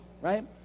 Right